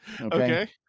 Okay